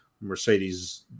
Mercedes